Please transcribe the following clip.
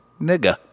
nigga